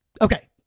okay